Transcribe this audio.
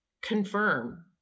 confirm